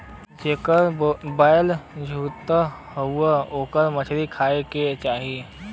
जेकर बाल झरत हौ ओके मछरी खाए के चाही